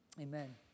Amen